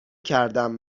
کردم